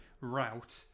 route